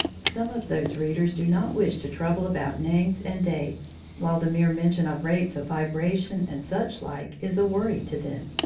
some of those readers do not wish to trouble about names and dates, while the mere mention of rates of vibration and such-like is a worry to them.